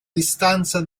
distanza